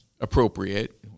appropriate